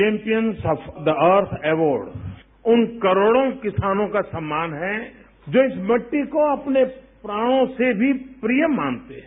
champions of the earth award उन करोड़ों किसानों का सम्मान है जो इस मिट्टी को अपने प्राणों से भी प्रिय मानते हैं